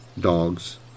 dogs